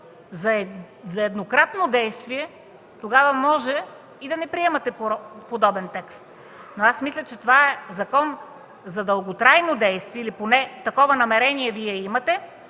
с еднократно действие, тогава може и да не приемате подобен текст, но аз мисля, че това е закон за дълготрайно действие или поне такова намерение Вие имате